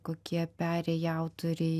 kokie perėję autoriai